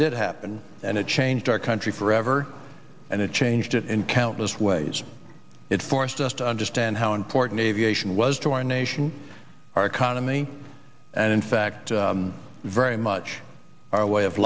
did happen and it changed our country forever and it changed it in countless ways it forced us to understand how important aviation was to our nation our economy and in fact very much our way of